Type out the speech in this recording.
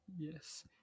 Yes